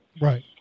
Right